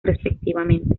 respectivamente